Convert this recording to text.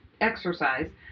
exercise